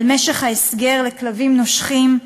על משך ההסגר לכלבים נושכים,